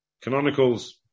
canonicals